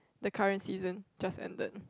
the current season just ended